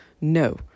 no